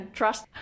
trust